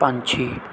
ਪੰਛੀ